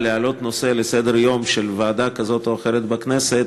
להעלות נושא על סדר-היום של ועדה כזאת או אחרת בכנסת,